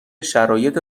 شرایط